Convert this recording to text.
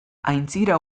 aintzira